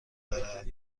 دارد